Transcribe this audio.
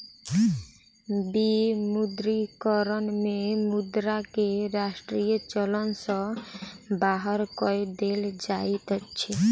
विमुद्रीकरण में मुद्रा के राष्ट्रीय चलन सॅ बाहर कय देल जाइत अछि